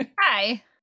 Hi